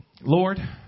Lord